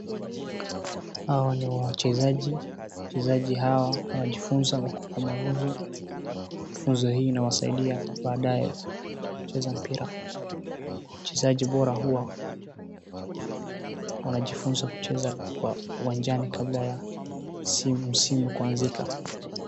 Hawa ni wachezaji. Wachezaji hawa wajifunza mafunzo funzo. funzo hii inawasaidia baadaye wakati wa kucheza mpira. Wachezaji bora huwa wanajifunza kucheza kwa uwanjani kabla ya msimu kuanzika.